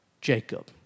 Jacob